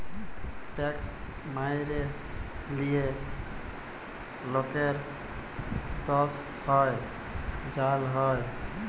tax ম্যাইরে লিলে লকের দস হ্যয় জ্যাল হ্যয়